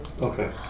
Okay